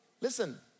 Listen